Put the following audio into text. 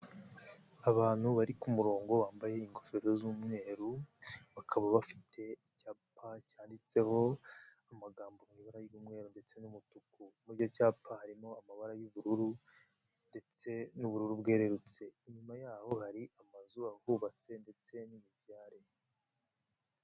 Abantu bari ku murongo bambaye ingofero z'umweru. Bakaba bafite icyapa cyanditseho amagambo mu ibara ry'umweru ndetse n'umutuku. Muri icyo cyapa harimo amabara y'ubururu ndetse n'ubururu bwererutse. Inyuma yaho hari amazu ahubatse ndetse n'imibyare.